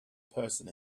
person